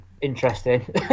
interesting